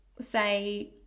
say